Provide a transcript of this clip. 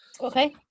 Okay